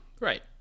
Right